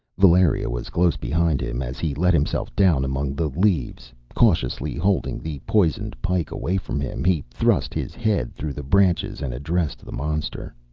valeria was close behind him as he let himself down among the leaves. cautiously holding the poisoned pike away from him, he thrust his head through the branches and addressed the monster.